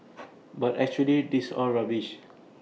but actually that's all rubbish